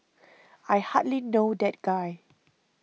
I hardly know that guy